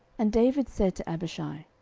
and david said to abishai,